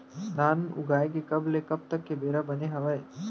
धान उगाए के कब ले कब तक के बेरा बने हावय?